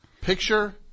Picture